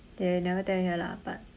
they never tell you here lah but